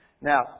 Now